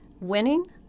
winning